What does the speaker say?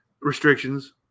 restrictions